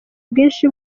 bwinshi